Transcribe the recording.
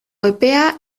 epea